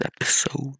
episode